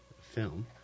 film